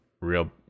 real